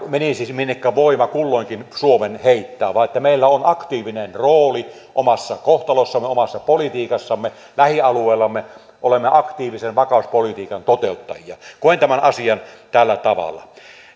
menisi minnekä voima kulloinkin suomen heittää vaan että meillä on aktiivinen rooli omassa kohtalossamme omassa politiikassamme lähialueellamme olemme aktiivisen vakauspolitiikan toteuttajia koen tämän asian tällä tavalla